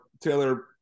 Taylor